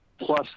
plus